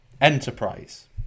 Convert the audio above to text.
enterprise